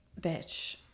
bitch